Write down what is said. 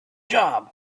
job